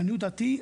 לעניות דעתי,